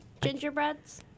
gingerbreads